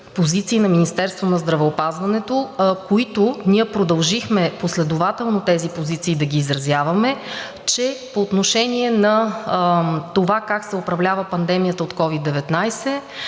на Министерството на здравеопазването, които ние продължихме последователно тези позиции да ги изразяваме, че по отношение на това как се управлява пандемията от COVID-19,